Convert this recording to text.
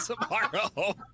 tomorrow